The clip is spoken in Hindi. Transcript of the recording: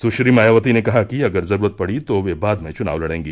सुश्री मायावती नेकहा कि अगर जरूरत पड़ी तो वे बाद में चुनाव लड़ेंगी